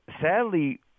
sadly